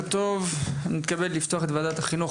אני מתכבד לפתוח את ועדת החינוך,